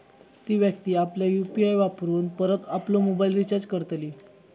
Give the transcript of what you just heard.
ती व्यक्ती आपल्या यु.पी.आय वापरून परत आपलो मोबाईल रिचार्ज करतली